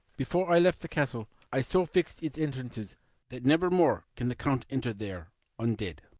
before i left the castle i so fixed its entrances that never more can the count enter there un-dead.